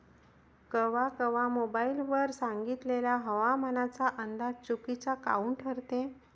कवा कवा मोबाईल वर सांगितलेला हवामानाचा अंदाज चुकीचा काऊन ठरते?